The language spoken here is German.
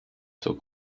zur